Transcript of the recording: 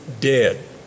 dead